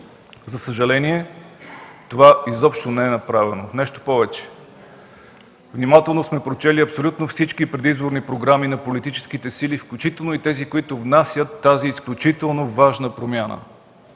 За съжаление, това изобщо не е направено. Нещо повече, внимателно сме прочели абсолютно всички предизборни програми на политическите сили, включително и тези, които внасят тази изключително важна промяна.